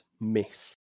miss